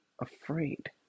afraid